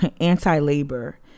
anti-labor